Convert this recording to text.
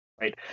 right